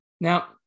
Now